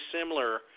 similar